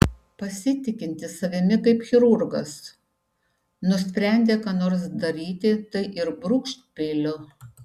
pasitikintis savimi kaip chirurgas nusprendė ką nors daryti tai ir brūkšt peiliu